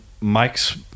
mike's